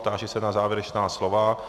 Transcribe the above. Táži se na závěrečná slova.